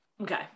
okay